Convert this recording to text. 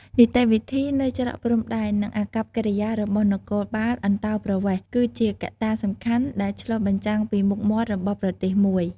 នីតិវិធីនៅច្រកព្រំដែន និងអាកប្បកិរិយារបស់នគរបាលអន្តោប្រវេសន៍ គឺជាកត្តាសំខាន់ដែលឆ្លុះបញ្ចាំងពីមុខមាត់របស់ប្រទេសមួយ។